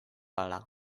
ahala